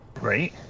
Right